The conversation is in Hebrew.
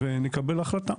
ונקבל החלטה.